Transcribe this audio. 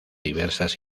diversas